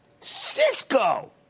Cisco